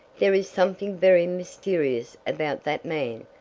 there is something very mysterious about that man.